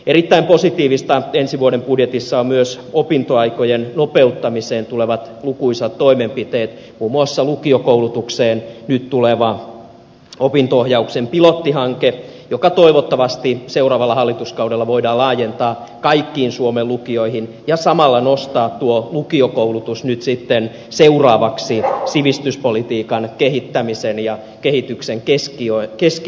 erittäin positiivista ensi vuoden budjetissa on myös opintoaikojen nopeuttamiseen tulevat lukuisat toimenpiteet muun muassa lukiokoulutukseen nyt tuleva opinto ohjauksen pilottihanke joka toivottavasti seuraavalla hallituskaudella voidaan laajentaa kaikkiin suomen lukioihin ja samalla nostaa tuo lukiokoulutus nyt sitten seuraavaksi sivistyspolitiikan kehittämisen ja kehityksen keskiöön